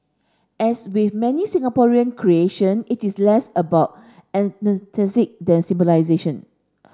as we many Singaporean creation it is less about than